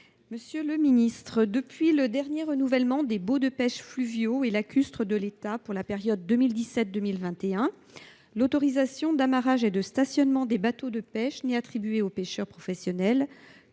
Martine Berthet. Depuis le dernier renouvellement des baux de pêche fluviaux et lacustres de l’État pour la période 2017 2021, l’autorisation d’amarrage et de stationnement des bateaux de pêche n’est attribuée aux pêcheurs professionnels